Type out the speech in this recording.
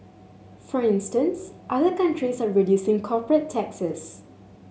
for instance other countries are reducing corporate taxes